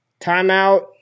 Timeout